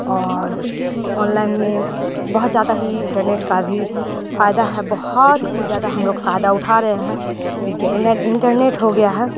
اور online میں بہت زیادہ ہی انٹرنیٹ کا بھی فائدہ ہے بہت ہی زیادہ ہم لوگ فائدہ اٹھا رہے ہیں کیونکہ انٹرنیٹ ہو گیا ہے